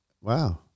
Wow